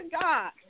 God